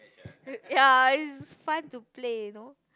ya it's fun to play you know